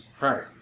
Right